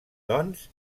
doncs